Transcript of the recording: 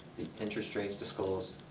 interest rates disclosed.